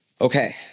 Okay